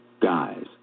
Guys